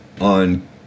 on